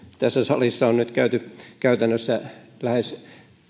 tässä salissa on nyt käyty käytännössä lähes